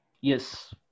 Yes